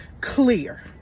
clear